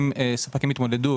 אם ספקים התמודדו,